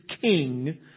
King